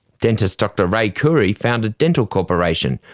dentist dr ray khouri founded dental corporation,